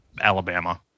Alabama